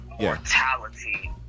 mortality